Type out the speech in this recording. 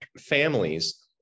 families